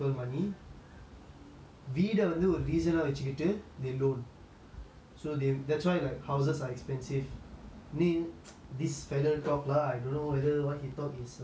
வீட வந்து ஒரு:veeda vanthu oru reason வச்சுக்கிட்டு:vachukitu they loan so they that's why like houses are expensive near this fellow talk lah I don't know whether what he talk is err is like